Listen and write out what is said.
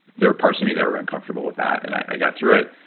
there were parts of me that were uncomfortable with that, and i got through it,